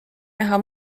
näha